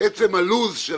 הלו"ז של